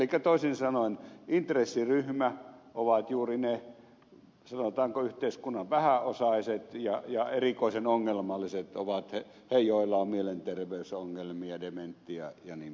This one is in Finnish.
elikkä toisin sanoen intressiryhmä ovat juuri ne sanotaanko yhteiskunnan vähäosaiset ja erikoisen ongelmalliset ovat ne joilla on mielenterveysongelmia dementiaa jnp